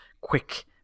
quick